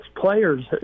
players